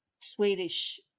Swedish